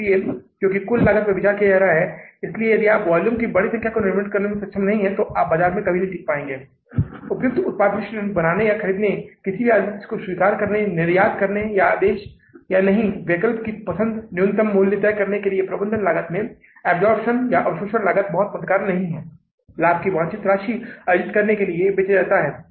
और फिर आपको कुछ अप्रत्यक्ष आय को भी जोड़ना होगा और अंत में फिर आपको निचले हिस्से को फिर से संतुलित करना होगा और फिर इसे उस तिमाही के अंत में उपलब्ध अंतिम लाभ के रूप में कहा जाएगा जिसे आप इसे उपलब्ध लाभ के रूप में कह सकते हैं फर्म इसे एक विभाज्य लाभ के रूप में ले सकती है इसे शुद्ध लाभ के रूप में कहा जा सकता है या इसे शुद्ध परिचालन लाभ के रूप में कहा जा सकता है